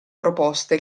proposte